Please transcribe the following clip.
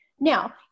Now